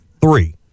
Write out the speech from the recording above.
three